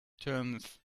turneth